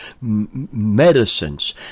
medicines